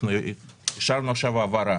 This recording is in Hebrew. אנחנו אישרנו עכשיו העברה